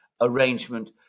arrangement